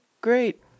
great